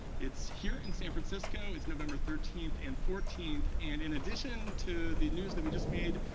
it's here in san francisco. it's november thirteen and fourteen. and in addition to the news that we just made,